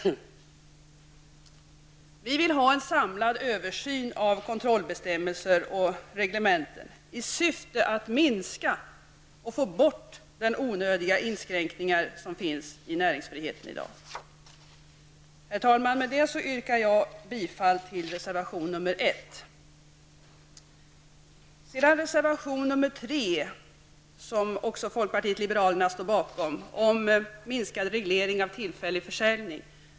Vi tycker att det behövs en samlad översyn av kontrollbestämmelserna och reglementena -- detta för att minska antalet, eller för att få bort, onödiga inskränkningar i näringsfriheten, som ju finns i dag. Herr talman! Med detta yrkar jag bifall till reservation nr 1. Så något om reservation nr 3. Också denna reservation står bl.a. vi i folkpartiet liberalerna bakom. Reservationen handlar om minskad reglering av tillfällig försäljning.